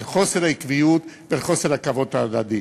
על חוסר העקביות ועל חוסר הכבוד ההדדי.